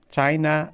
China